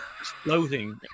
exploding